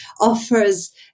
offers